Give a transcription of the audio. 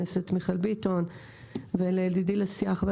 חבר הכנסת מיכאל ביטון ולידידי לסיעה חבר